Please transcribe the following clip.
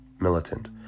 militant